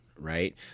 Right